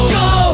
go